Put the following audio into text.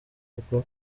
kuko